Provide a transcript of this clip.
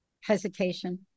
hesitation